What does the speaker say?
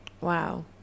Wow